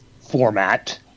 format